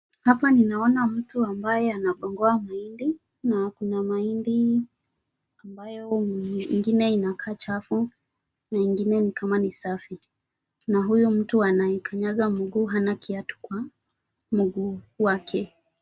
Hapa ninaona mtu ambaye anakongoa mahindi, na kuna mahindi ambayo ingine inakaa chafu na ingine ni kama ni safi. Na huyo mtu anayekanyanga mguu hana kiatu kwa miguu wake.